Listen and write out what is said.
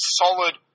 solid